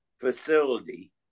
facility